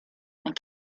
and